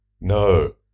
No